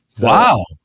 Wow